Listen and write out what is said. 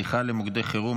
שיחה למוקדי חירום),